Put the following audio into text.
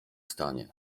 stanie